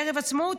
בערב העצמאות,